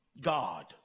God